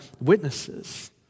witnesses